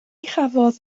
chafodd